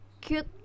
cute